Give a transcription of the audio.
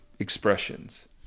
expressions